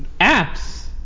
apps